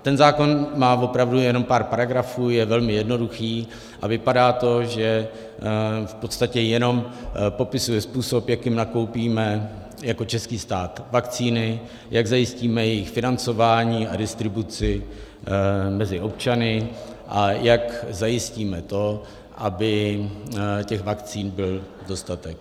Ten zákon má opravdu jenom pár paragrafů, je velmi jednoduchý a vypadá to, že v podstatě jenom popisuje způsob, jakým nakoupíme jako český stát vakcíny, jak zajistíme jejich financování a distribuci mezi občany a jak zajistíme to, aby těch vakcín byl dostatek.